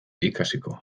ikasiko